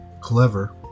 clever